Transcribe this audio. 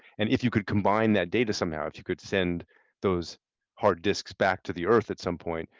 and if you could combine that data somehow, if you could send those hard disks back to the earth at some point,